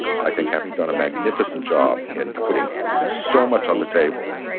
i think having done a magnificent job in putting so much on the table,